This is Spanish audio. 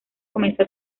comenzó